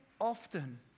often